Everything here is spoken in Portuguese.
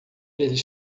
eles